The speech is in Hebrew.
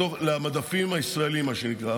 למדפים הישראליים, מה שנקרא.